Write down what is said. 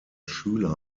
schüler